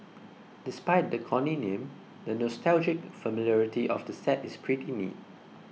despite the corny name the nostalgic familiarity of the set is pretty neat